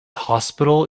hospital